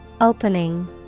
Opening